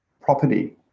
property